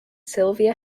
sylvia